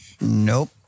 Nope